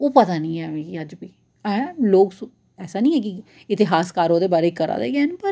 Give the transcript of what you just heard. ओह् पता नीं ऐ मिगी अज्ज बी ऐं लोक ऐसा निं ऐ कि इतिहासकार ओह्दे बारे च करा दे गै हैन पर